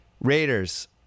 Raiders